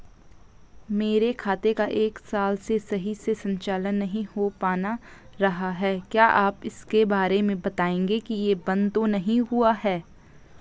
मेरे खाते का एक साल से सही से संचालन नहीं हो पाना रहा है क्या आप इसके बारे में बताएँगे कि ये बन्द तो नहीं हुआ है?